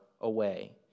away